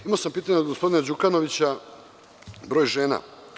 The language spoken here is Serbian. Imamo sam pitanje od gospodina Đukanovića o broju žena.